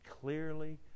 clearly